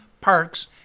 parks